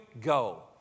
go